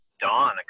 dawn